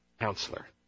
counselor